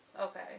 Okay